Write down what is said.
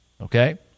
Okay